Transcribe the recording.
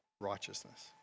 righteousness